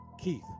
keith